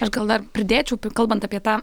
aš gal dar pridėčiau kalbant apie tą